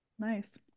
nice